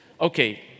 Okay